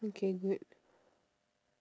okay good